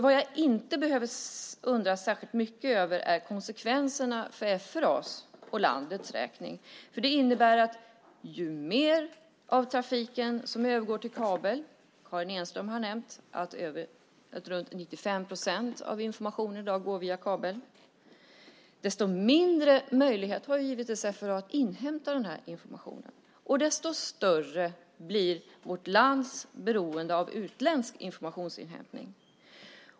Vad jag inte behöver undra särskilt mycket över är konsekvenserna för FRA:s och landets räkning. Det innebär att ju mer av trafiken som övergår till kabel - Karin Enström har nämnt att runt 95 procent av informationen i dag går via kabel - desto mindre möjlighet har givetvis FRA att inhämta den informationen. Desto större blir vårt lands beroende av utländsk informationsinhämtning.